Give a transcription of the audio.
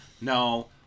no